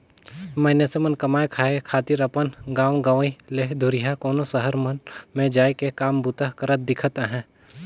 मइनसे मन कमाए खाए खातिर अपन गाँव गंवई ले दुरिहां कोनो सहर मन में जाए के काम बूता करत दिखत अहें